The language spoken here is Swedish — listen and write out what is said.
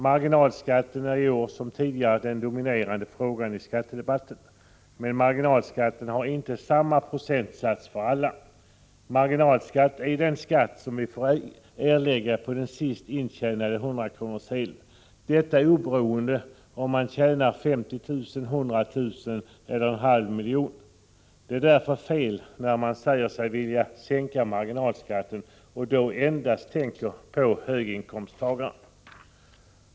Marginalskatten är i år som tidigare den dominerande frågan i skattedebatten. Men marginalskatten har inte samma procentsats för alla. Marginalskatt är den skatt vi får erlägga på den sist intjänade 100-kronorssedeln, detta oberoende av om vi tjänar 50 000, 100 000 eller 500 000 kr. Det är därför fel, när man säger sig vilja sänka marginalskatten, att enbart tänka på höginkomsttagarna.